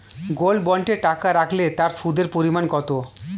Gold বন্ডে টাকা রাখলে তা সুদের পরিমাণ কত?